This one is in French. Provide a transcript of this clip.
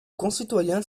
concitoyens